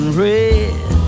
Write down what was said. red